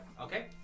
Okay